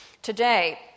today